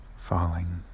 falling